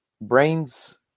brains